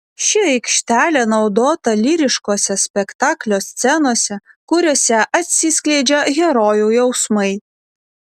ši aikštelė naudota lyriškose spektaklio scenose kuriose atsiskleidžia herojų jausmai